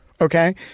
Okay